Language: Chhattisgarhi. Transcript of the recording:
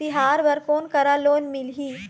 तिहार बर कोन करा लोन मिलही?